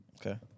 Okay